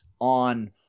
on